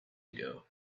ago